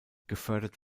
gefördert